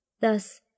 Thus